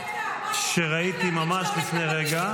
שראיתי ממש לפני רגע.